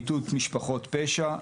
מיטוט משפחות פשע,